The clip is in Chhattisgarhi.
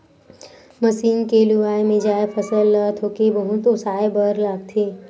मसीन के लुवाए, मिंजाए फसल ल थोके बहुत ओसाए बर लागथे